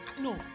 no